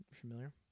Familiar